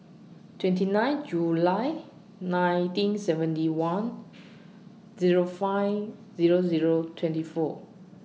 twenty nine July nineteen seventy one Zero five Zero Zero twenty four